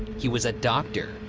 he was a doctor,